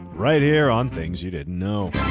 right here on things you didn't know.